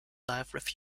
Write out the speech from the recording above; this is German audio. wildlife